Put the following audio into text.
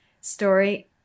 story